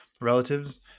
relatives